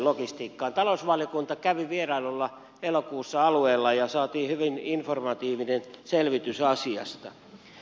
talousvaliokunta kävi vierailulla elokuussa alueella ja saimme hyvin informatiivisen selvityksen asiasta